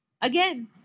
Again